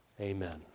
Amen